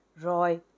Roy